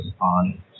on